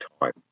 time